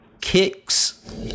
kicks